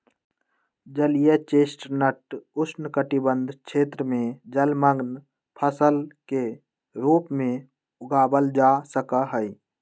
जलीय चेस्टनट उष्णकटिबंध क्षेत्र में जलमंग्न फसल के रूप में उगावल जा सका हई